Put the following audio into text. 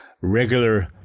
regular